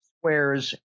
squares